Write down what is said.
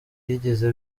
byigeze